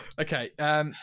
Okay